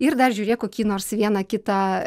ir dar žiūrėk kokį nors vieną kitą